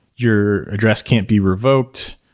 your address can't be revoked.